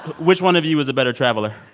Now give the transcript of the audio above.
which one of you is a better traveler?